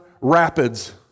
rapids